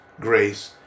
grace